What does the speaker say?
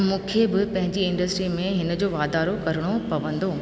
मूंखे बि पंहिंजी इंडस्ट्री में हिनजो वाधारो करिणो पवंदो